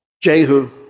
Jehu